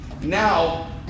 Now